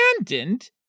Abandoned